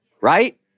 right